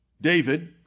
David